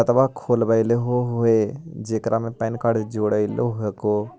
खातवा खोलवैलहो हे जेकरा मे पैन कार्ड जोड़ल हको?